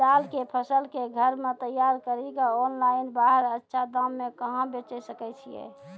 दाल के फसल के घर मे तैयार कड़ी के ऑनलाइन बाहर अच्छा दाम मे कहाँ बेचे सकय छियै?